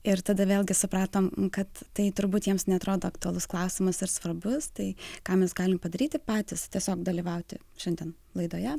ir tada vėlgi supratom kad tai turbūt jiems neatrodo aktualus klausimas ar svarbus tai ką mes galim padaryti patys tiesiog dalyvauti šiandien laidoje